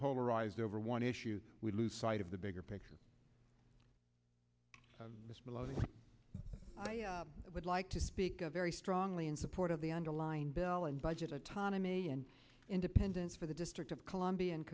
polarized over one issue we lose sight of the bigger picture that would like to speak a very strongly in support of the underlying bill and budget autonomy and independence for the district of columbia and